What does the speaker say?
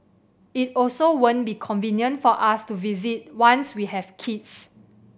it also won't be convenient for us to visit once we have kids